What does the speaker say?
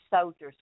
soldiers